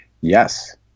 Yes